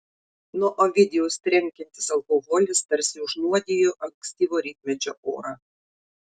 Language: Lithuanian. nuo ovidijaus trenkiantis alkoholis tarsi užnuodijo ankstyvo rytmečio orą